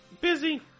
busy